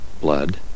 blood